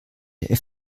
der